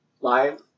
live